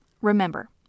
remember